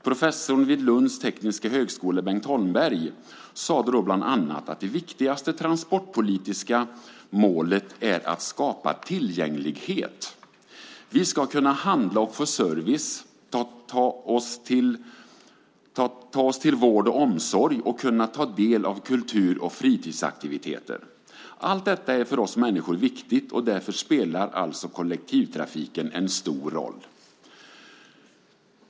Professorn vid Lunds tekniska högskola Bengt Holmberg sade då bland annat att det viktigaste transportpolitiska målet är att skapa tillgänglighet: "Vi ska kunna handla och få service, vi ska kunna ta oss till vård och omsorg, och vi ska kunna ta del av kultur och fritidsaktiviteter." Allt detta är för oss människor viktigt, och därför spelar alltså kollektivtrafiken en stor roll.